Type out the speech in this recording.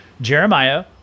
Jeremiah